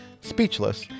Speechless